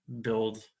build